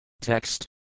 Text